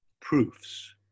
proofs